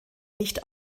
nicht